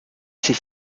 ses